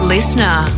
Listener